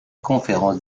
conférence